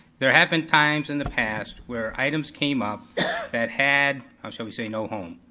there have been times in the past where items came up that had, how shall we say, no home.